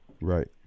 Right